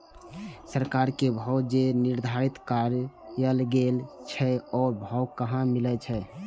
सरकार के भाव जे निर्धारित कायल गेल छै ओ भाव कहाँ मिले छै?